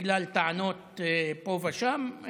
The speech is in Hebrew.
בגלל טענות פה ושם.